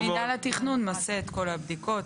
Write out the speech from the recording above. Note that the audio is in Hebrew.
מינהל התכנון עושה את כל הבדיקות.